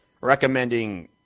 recommending